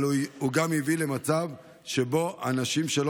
אבל הוא גם הביא למצב שבו אנשים שלא